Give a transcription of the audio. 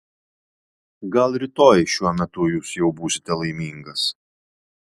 gal rytoj šiuo metu jūs jau būsite laimingas